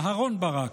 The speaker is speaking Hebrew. אהרן ברק,